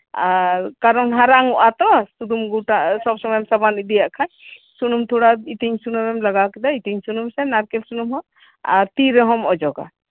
ᱠᱟᱨᱚᱱ ᱦᱟᱨᱟᱝ ᱚᱜᱼᱟ ᱛᱳ ᱥᱩᱫᱷᱩ ᱜᱳᱴᱟ ᱥᱚᱵ ᱥᱚᱢᱚᱭ ᱥᱟᱵᱚᱱ ᱤᱫᱤᱭᱟᱜ ᱠᱷᱟᱱ ᱥᱩᱱᱩᱢ ᱛᱷᱚᱲᱟ ᱩᱛᱤᱧ ᱥᱩᱱᱩᱢᱮᱢ ᱞᱟᱜᱟᱣ ᱠᱮᱫᱟ ᱩᱛᱤᱧ ᱥᱩᱱᱩᱢ ᱥᱮ ᱱᱟᱲᱠᱮᱞ ᱥᱩᱱᱩᱢ ᱦᱚᱸ ᱟᱨ ᱛᱤ ᱨᱮᱦᱚᱢ ᱚᱡᱚᱜᱟ